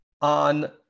on